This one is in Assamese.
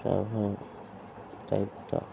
প্ৰধান দায়িত্ব